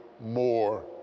more